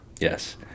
Yes